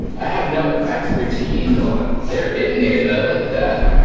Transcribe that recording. i have no expertise on there in there though. look at that.